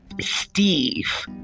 steve